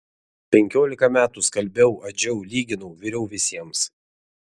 penkiolika metų skalbiau adžiau lyginau viriau visiems